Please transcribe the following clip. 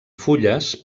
fulles